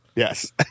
Yes